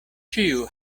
ĉiu